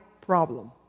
problem